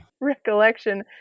recollection